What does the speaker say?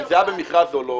אם זה היה במכרז או לא,